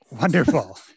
Wonderful